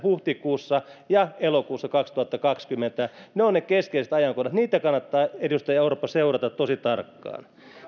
huhtikuussa ja elokuussa kaksituhattakaksikymmentä ne ovat ne keskeiset ajankohdat niitä kannattaa edustaja orpo seurata tosi tarkkaan